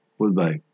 goodbye